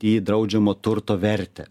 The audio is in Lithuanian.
į draudžiamo turto vertę